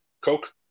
Coke